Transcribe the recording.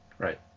Right